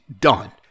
done